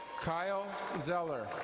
kyle zeller.